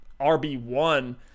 rb1